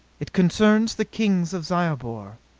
it concerns the kings of zyobor.